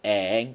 and